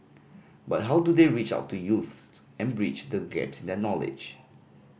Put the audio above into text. but how do they reach out to youths and bridge the gaps in their knowledge